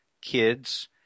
kids